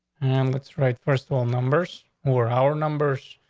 and that's right. first of all, numbers or our numbers.